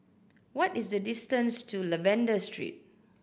what is the distance to Lavender Street